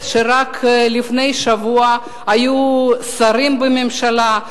שרק לפני שבוע היו שרים בממשלה,